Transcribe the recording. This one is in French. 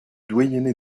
doyenné